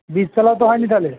বীজ তোলাও তো হয় নি তাহলে